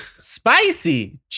spicy